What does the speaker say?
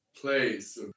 place